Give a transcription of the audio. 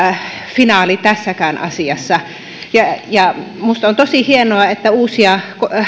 finaali tässäkään asiassa minusta on tosi hienoa että uusia